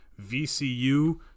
VCU